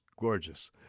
gorgeous